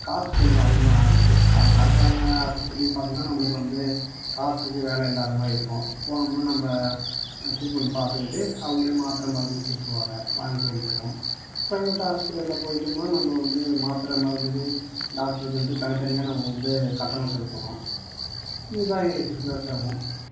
காசு கொஞ்சம் அதிகமாக ஆகுது அரசாங்க ஆஸ்பித்ரிலையும் பார்த்தீங்கன்னா நம்மளுக்கு வந்து காசுக்கு வேலை இல்லாத மாதிரி இருக்கும் போனோம்னா நம்ம ட்ரீட்மெண்ட் பார்த்துக்கிட்டு அவங்களே மாத்திர மருந்துன்னு கொடுத்துருவாங்க வாங்கிட்டு வந்துடுவோம் ப்ரைவேட் ஹாஸ்பிட்டலில் போய்ட்டோம்னா நம்ம வந்து மாத்திரை மருந்துக்கு டாக்டருக்குன்ட்டு தனித்தனியாக நம்ம வந்து கட்டணம் செலுத்தணும் இதுதான் எங்களுக்கு இருக்கிற சிரமம்